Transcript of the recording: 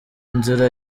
nzira